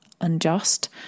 unjust